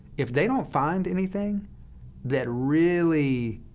if they don't find anything that really